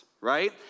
Right